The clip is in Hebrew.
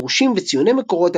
פירושים וציוני מקורות,